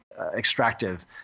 extractive